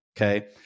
Okay